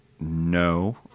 No